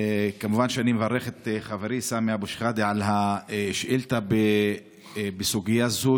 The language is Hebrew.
כמובן שאני מברך את חברי סמי אבו שחאדה על השאילתה בסוגיה זו,